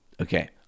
okay